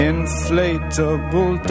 Inflatable